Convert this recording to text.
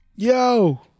Yo